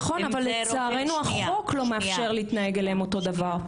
אם זה רופא --- נכון אבל לצערנו החוק לא מאפשר להתנהג אליהם אותו דבר.